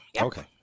Okay